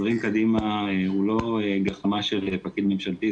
תזרים קדימה הוא לא גחמה של פקיד ממשלתי,